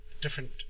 different